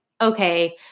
okay